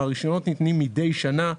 הרישיונות ניתנים מידי שנה,